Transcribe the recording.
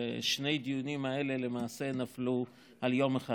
ששני הדיונים האלה למעשה נפלו על יום אחד.